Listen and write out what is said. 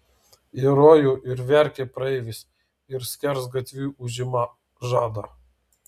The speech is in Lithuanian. į rojų ir verkia praeivis ir skersgatviui užima žadą